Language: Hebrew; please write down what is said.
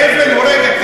אבן הורגת.